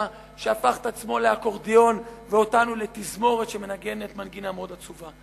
שהפך את עצמו לאקורדיון ואותנו לתזמורת שמנגנת מנגינה מאוד עצובה.